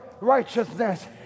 righteousness